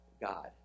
God